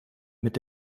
mit